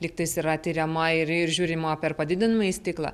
lygtais yra tiriama ir ir žiūrima per padidinamąjį stiklą